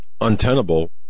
untenable